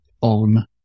on